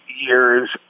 years